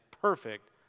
perfect